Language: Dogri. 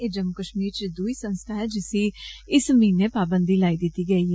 एह जम्मू कष्मीर च दुई संस्था ऐ जिसी इस म्हीने पाबंदी लाई दिती गेई ऐ